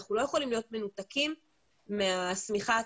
אנחנו לא יכולים להיות מנותקים מהשמיכה התקציבית.